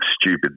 stupid